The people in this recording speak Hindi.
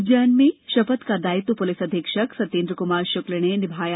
उज्जैन में शपथ का दायित्व पुलिस अधीक्षक सत्येन्द्र कुमार शुक्ल ने निभाया